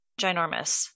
ginormous